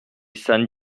san